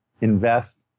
invest